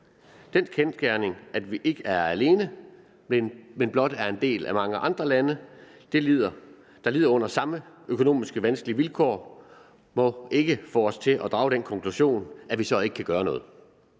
Den kendsgerning, at vi ikke er alene, men blot er en del af det sammen med mange andre lande, der lider under samme økonomisk vanskelige vilkår, må ikke få os til at drage den konklusion, at vi så ikke kan gøre noget.